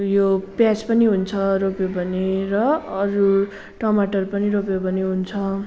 यो प्याज पनि हुन्छ रोप्यो भने र अरू टमटर पनि रोप्यो भने हुन्छ